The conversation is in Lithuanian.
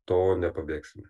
to nepabėgsime